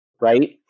Right